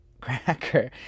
cracker